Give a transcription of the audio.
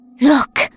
Look